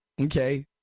okay